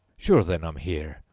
sure then i'm here!